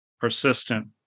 Persistent